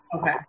Okay